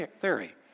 theory